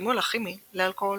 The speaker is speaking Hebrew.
והסימול הכימי לאלכוהול.